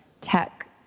tech